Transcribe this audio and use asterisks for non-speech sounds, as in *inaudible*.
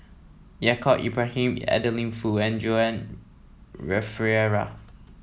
Yaacob Ibrahim Adeline Foo and Joan *unintelligible*